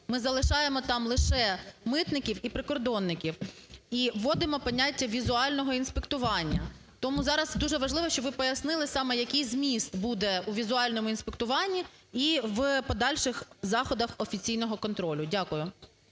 ми залишаємо там лише митників і прикордонників і вводимо поняття "візуального інспектування". Тому зараз дуже важливо, щоб ви пояснили саме, який зміст буде у "візуальному інспектуванні" і в подальших заходах офіційного контролю. Дякую.